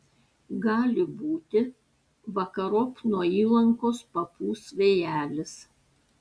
gali būti vakarop nuo įlankos papūs vėjelis